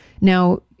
Now